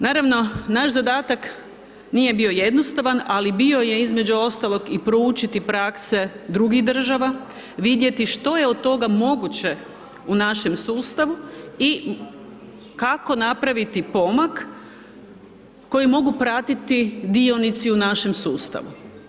Naravno naš zadatak nije bio jednostavan, ali bio je između ostaloga i proučiti prakse drugih država, vidjeti što je od toga moguće u našem sustavu i kako napraviti pomak koji mogu pratiti dionici u našem sustavu.